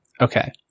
Okay